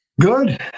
Good